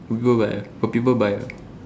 got people buy ah got people buy ah